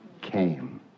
came